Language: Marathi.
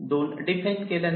2 डिफाइन केला नाही